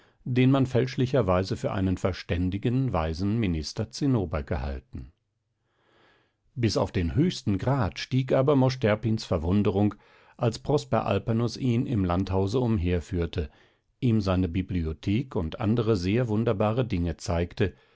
den man fälschlicherweise für einen verständigen weisen minister zinnober gehalten bis auf den höchsten grad stieg aber mosch terpins verwunderung als prosper alpanus ihn im landhause umherführte ihm seine bibliothek und andere sehr wunderbare dinge zeigte